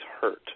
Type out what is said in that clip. hurt